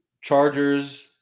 Chargers